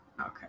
Okay